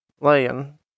laying